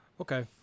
Okay